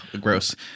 Gross